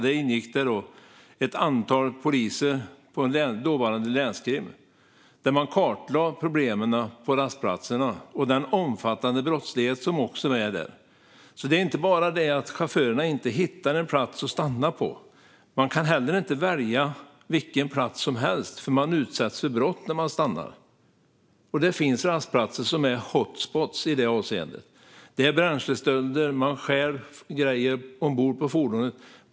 Där ingick ett antal poliser på dåvarande länskrim. Man kartlade problemen på rastplatserna och den omfattande brottslighet som också förekommer där. Det är inte bara det att chaufförerna inte hittar en plats att stanna på. De kan inte heller välja vilken plats som helst, för de utsätts för brott när de stannar. Det finns rastplatser som är hotspots i det avseendet. Det stjäls bränsle och grejer ombord på fordonet.